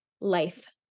life